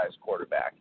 quarterback